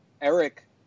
Eric